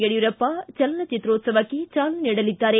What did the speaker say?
ಯಡಿಯೂರಪ್ಪ ಚಲನಚಿತ್ರೋತ್ಸವಕ್ಕೆ ಚಾಲನೆ ನೀಡಲಿದ್ದಾರೆ